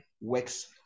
works